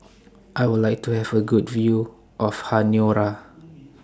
I Would like to Have A Good View of Honiara